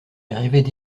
arrivaient